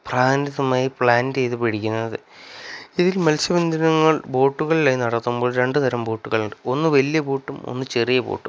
plant ചെയ്ത് പിടിക്കുന്നത് ഇതിൽ മത്സ്യബന്ധനം ബോട്ടുകളിലായി നടത്തുമ്പോൾ രണ്ട് തരം ബോട്ടുകളുണ്ട് ഒന്ന് വലിയ ബോട്ടും ഒന്ന് ചെറിയ ബോട്ടും